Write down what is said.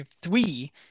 three